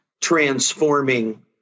transforming